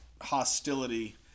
hostility